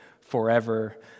forever